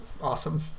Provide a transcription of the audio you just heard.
awesome